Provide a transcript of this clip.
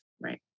Right